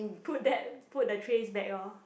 put that put the trays back lor